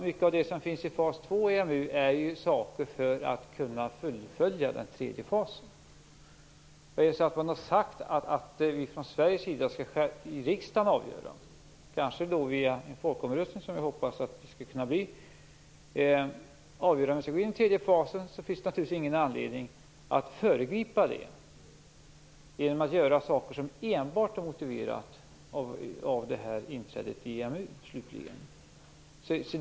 Mycket av det som finns i fas 2 är saker som krävs för att kunna fullfölja den tredje fasen. Har man sagt att vi från Sveriges sida skall låta riksdagen avgöra - och då kanske via en, som vi hoppas, folkomröstning - om vi skall gå in den tredje fasen finns det naturligtvis ingen anledning att föregripa det nu genom att göra saker som enbart är motiverade av inträdet i EMU.